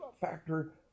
factor